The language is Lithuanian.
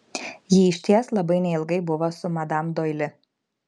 ji išties labai neilgai buvo su madam doili